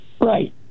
Right